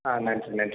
ஆ நன்றி நன்றி